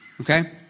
okay